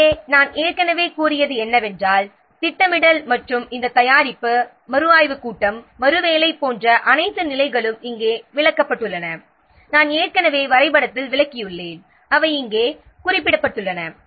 எனவே நான் ஏற்கனவே கூறியது என்னவென்றால் திட்டமிடல் மற்றும் இந்த தயாரிப்பு மறுஆய்வுக் கூட்டம் மறுவேலை போன்ற அனைத்து நிலைகளும் இங்கே விளக்கப்பட்டுள்ளன நான் ஏற்கனவே வரைபடத்தில் விளக்கியுள்ளேன் அவை இங்கே குறிப்பிடப்பட்டுள்ளன